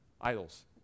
Idols